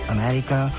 America